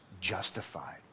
justified